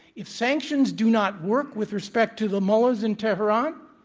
if sanctions do not work with respect to the mullahs in tehran,